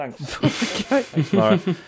Thanks